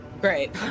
Great